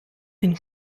been